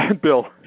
Bill